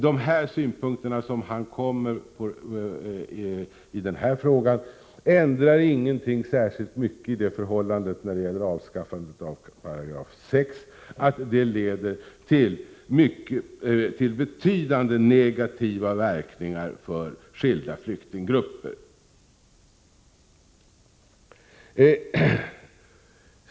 De synpunkter som Sten Svensson kommer med i denna fråga ändrar inte särskilt mycket på det förhållandet att ett avskaffande av 6§ leder till betydande negativa verkningar för skilda flyktinggrupper. Fru talman!